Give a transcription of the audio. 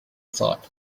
thought